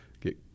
get